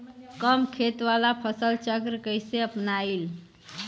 कम खेत वाला फसल चक्र कइसे अपनाइल?